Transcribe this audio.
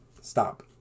stop